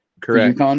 Correct